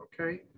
okay